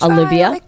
Olivia